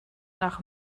nach